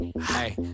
Hey